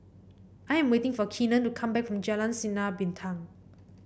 I am waiting for Keenen to come back from Jalan Sinar Bintang